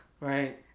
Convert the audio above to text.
Right